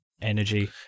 energy